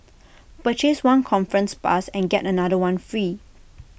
purchase one conference pass and get another one free